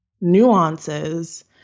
nuances